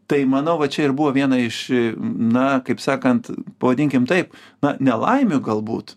tai manau va čia ir buvo viena iš na kaip sakant pavadinkim taip na nelaimių galbūt